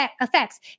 effects